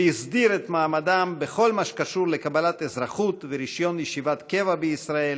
שהסדיר את מעמדם בכל מה שקשור לקבלת אזרחות ורישיון ישיבת קבע בישראל,